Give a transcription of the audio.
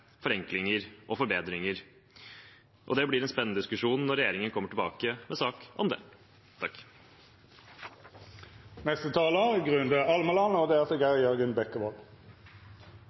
forenklinger og forbedringer, og det blir en spennende diskusjon når regjeringen kommer tilbake med sak om det. Søndag er en annerledesdag i det norske samfunnet, og det